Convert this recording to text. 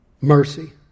Mercy